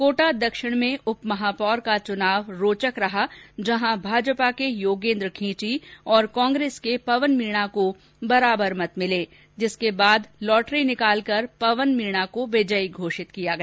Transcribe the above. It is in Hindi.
कोटा दक्षिण में उप महापौर का चुनाव रोचक रहा जहां भाजपा के योगेन्द्र खींची तथा कांग्रेस के पवन मीणा को बराबर मत मिले जिसके बाद लॉटरी डालकर पवन मीणा को विजयी घोषित किया गया